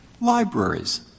Libraries